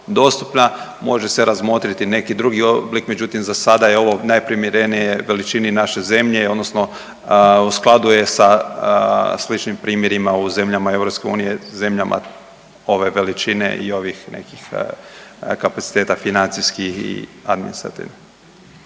može se razmotriti i neki drugi oblik međutim za sada je ovo najprimjerenije veličini naše zemlje, odnosno u skladu je sa sličnim primjerima u zemljama EU, zemljama ove veličine i ovih nekih kapaciteta financijskih i administrativnih.